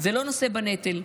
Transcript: ולא נושא בנטל.